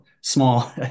small